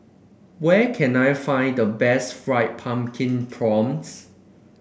where can I find the best Fried Pumpkin Prawns